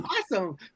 awesome